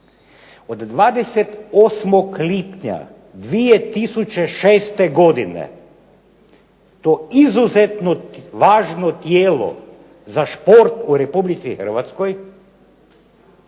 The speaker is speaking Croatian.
Od 28. lipnja 2006. godine to izuzetno važno tijelo za šport u Republici Hrvatskoj